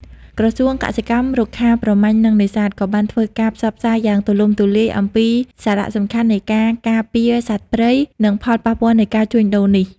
ក្រសួងកសិកម្ម រុក្ខាប្រមាញ់ និងនេសាទ ក៏បានធ្វើការផ្សព្វផ្សាយយ៉ាងទូលំទូលាយអំពីសារៈសំខាន់នៃការការពារសត្វព្រៃ និងផលប៉ះពាល់នៃការជួញដូរនេះ។